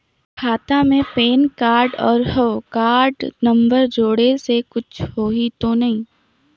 खाता मे PAN card और हव कारड नंबर जोड़े से कुछ होही तो नइ?